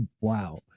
Wow